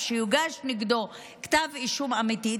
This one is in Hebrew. שיוגש נגדו כתב אישום אמיתי,